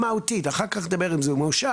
מהותית, אחר כך נדבר אם זה מאושר.